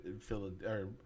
Philadelphia